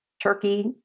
Turkey